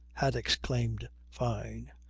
had exclaimed fyne,